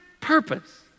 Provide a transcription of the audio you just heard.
purpose